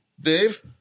Dave